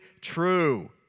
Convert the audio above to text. true